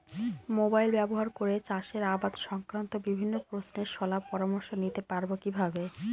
Mobile ব্যাবহার করে চাষের আবাদ সংক্রান্ত বিভিন্ন প্রশ্নের শলা পরামর্শ নিতে পারবো কিভাবে?